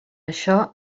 això